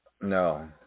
No